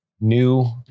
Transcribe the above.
new